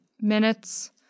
Minutes